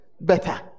better